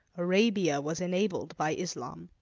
arabia was enabled by islam,